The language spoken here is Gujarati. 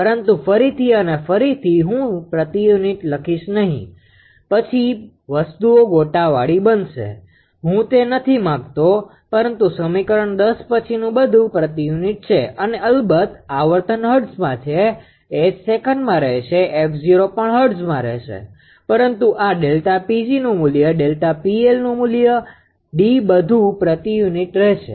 પરંતુ ફરીથી અને ફરીથી હું પ્રતિ યુનિટ લખીશ નહિ પછી વસ્તુઓ ગોટાળાવાળી બનશે હું તે નથી માંગતો પરંતુ સમીકરણ 10 પછીનું બધું પ્રતિ યુનિટ છે અને અલબત્ત આવર્તન હર્ટઝમાં છે H સેકન્ડમાં રહેશે 𝑓0 પણ હર્ટ્ઝમાં રહેશે પરંતુ આ ΔPgનુ મૂલ્ય ΔPLનુ મુલ્ય D બધું પ્રતિ યુનિટ રહેશે